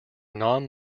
non